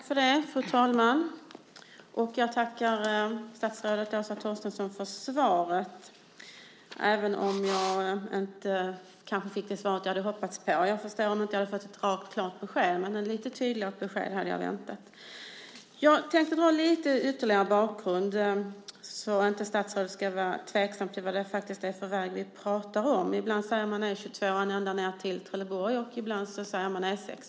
Fru talman! Jag tackar statsrådet Åsa Torstensson för svaret, även om det kanske inte var det svar jag hade hoppats på. Jag hade hoppats på ett lite tydligare besked. Jag tänkte dra ytterligare lite om bakgrunden, så att statsrådet inte ska känna någon tvekan om vilken väg vi pratar om. Ibland kallar man den E 22 ända ned till Trelleborg, och ibland säger man E 6.